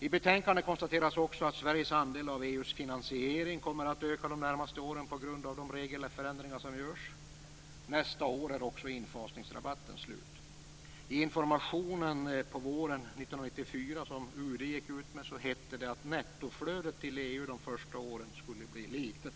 I betänkandet konstateras också att Sveriges andel av EU:s finansiering kommer att öka de närmaste åren på grund av de regelförändringar som görs. Nästa år är också infasningsrabatten slut. I den information som UD gick ut med våren 1994 hette det att nettoflödet till EU de första åren skulle bli litet.